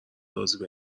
رازی